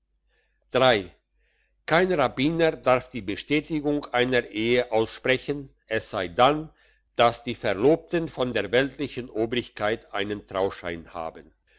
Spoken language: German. kein rabbiner darf die bestätigung einer ehe aussprechen es sei dann dass die verlobten von der weltlichen obrigkeit einen trauschein haben